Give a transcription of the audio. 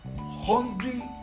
hungry